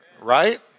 right